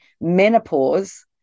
menopause